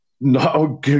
no